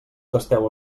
tasteu